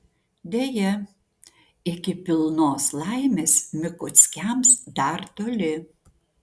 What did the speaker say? deja iki pilnos laimės mikuckiams dar toli